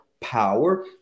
power